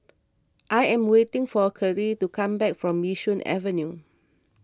I am waiting for Kerrie to come back from Yishun Avenue